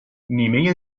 نیمه